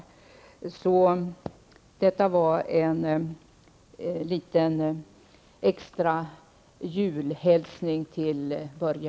Det här var en liten extra julhälsning till Börje